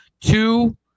Two